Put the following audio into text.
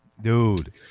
dude